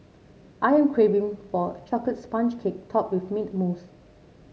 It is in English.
I am craving for a chocolate sponge cake topped with mint mousse